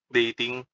dating